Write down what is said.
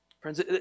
Friends